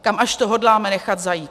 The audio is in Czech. Kam až to hodláme nechat zajít?